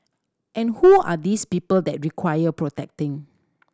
and who are these people that require protecting